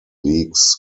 leagues